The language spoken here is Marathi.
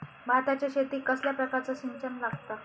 भाताच्या शेतीक कसल्या प्रकारचा सिंचन लागता?